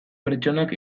pertsonak